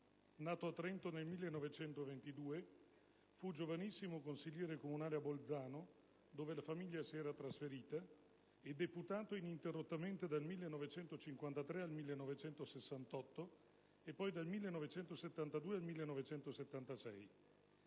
Nato a Trento nel 1922, fu giovanissimo consigliere comunale a Bolzano (dove la famiglia si era trasferita) e deputato ininterrottamente dal 1953 al 1968 e, poi, dal 1972 al 1976.